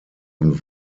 und